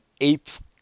eighth